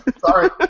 Sorry